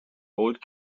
old